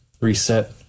reset